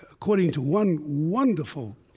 according to one wonderful,